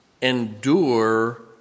Endure